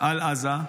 השתלט על עזה.